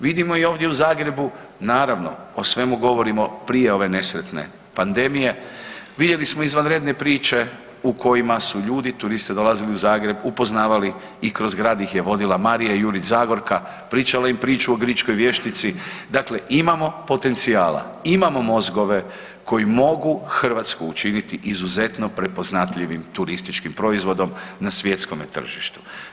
Vidimo i ovdje u Zagrebu, naravno o svemu govorimo prije ove nesretne pandemije, vidjeli smo izvanredne priče u kojima su ljudi, turisti dolazili u Zagreb, upoznavali ih kroz grad ih je vodila Marija Jurić Zagorka, pričala im priču o Gričkoj vještici, dakle imamo potencijala, imamo mozgove koji mogu Hrvatsku učiniti izuzetno prepoznatljivim turističkim proizvodom na svjetskome tržištu.